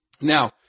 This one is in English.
Now